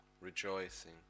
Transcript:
rejoicing